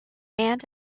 and